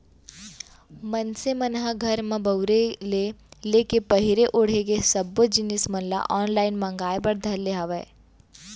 मनसे मन ह घर म बउरे ले लेके पहिरे ओड़हे के सब्बो जिनिस मन ल ऑनलाइन मांगए बर धर ले हावय